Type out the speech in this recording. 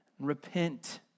Repent